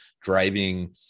driving